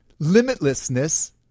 limitlessness